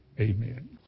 amen